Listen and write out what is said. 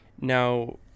Now